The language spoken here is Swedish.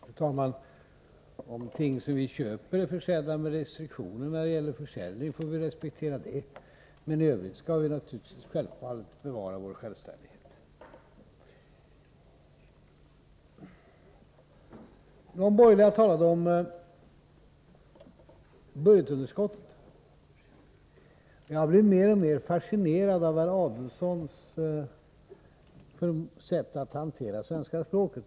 Fru talman! Om ting som vi köper är försedda med restriktioner när det gäller försäljning, får vi respektera det. Men i övrigt skall vi naturligtvis bevara vår självständighet. De borgerliga talade om budgetunderskottet. Jag blir mer och fascinerad av herr Adelsohns sätt att hantera svenska språket.